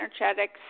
energetic